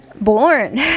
born